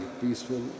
peaceful